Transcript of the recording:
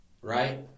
right